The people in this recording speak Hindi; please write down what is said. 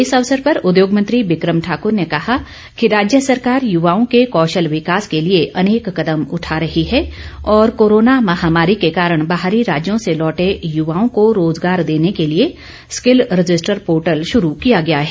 इस अवसर पर उद्योगमंत्री विक्रम ठाकूर ने कहा कि राज्य सरकार युवाओं के कौशल विकास के लिए अनेक कदम उठा रही है और कोरोना महामारी के कारण बाहरी राज्यों से लौटे युवाओं को रोजगार देने के लिए स्किल रजिस्टर पोर्टल शुरू किया गया है